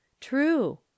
true